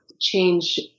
change